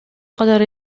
катары